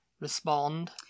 respond